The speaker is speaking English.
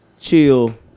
chill